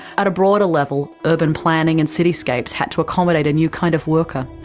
at a broader level, urban planning and cityscapes had to accommodate a new kind of worker,